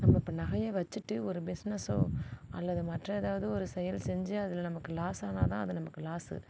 நம்ம இப்போ நகையை வச்சுட்டு ஒரு பிஸ்னஸ்ஸோ அல்லது மற்ற எதாவது ஒரு செயல் செஞ்சு அதில் நமக்கு லாஸ் ஆனால் தான் அது நமக்கு லாசு